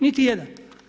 Niti jedan.